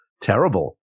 terrible